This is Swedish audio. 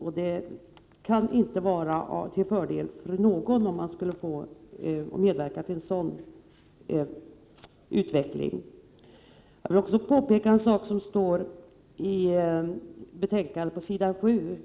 Och det kan inte vara till fördel för någon om man skulle medverka till en sådan utveckling. Jag vill också framhålla en sak som står i betänkandet på s. 7.